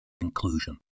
Conclusion